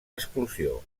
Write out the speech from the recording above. exclusió